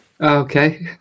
Okay